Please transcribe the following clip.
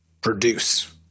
produce